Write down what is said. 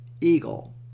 Eagle